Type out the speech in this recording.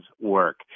work